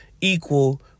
equal